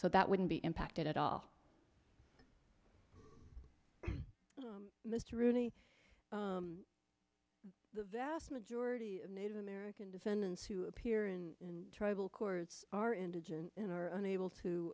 so that wouldn't be impacted at all mr rooney the vast majority of native american defendants who appear in tribal courts are indigent and are unable to